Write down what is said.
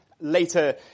later